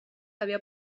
havia